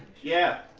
yeah